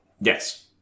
Yes